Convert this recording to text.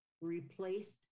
replaced